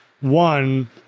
one